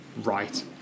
right